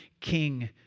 king